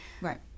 Right